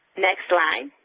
next slide.